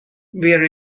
wear